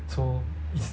so is